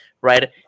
right